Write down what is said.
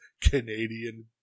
Canadian